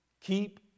keep